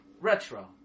retro